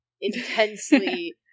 intensely